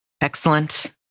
Excellent